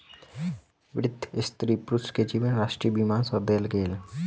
वृद्ध स्त्री पुरुष के जीवनी राष्ट्रीय बीमा सँ देल गेल